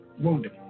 wounded